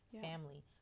family